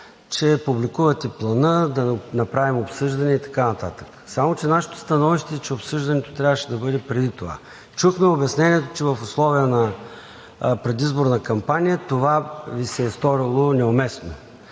че публикувате Плана, да направим обсъждане и така нататък. Само че нашето становище е, че обсъждането трябваше да бъде преди това. Чухме обяснението, че в условия на предизборна кампания това Ви се е сторило неуместно.